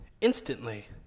instantly